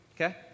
Okay